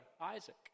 Isaac